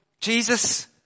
Jesus